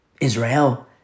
Israel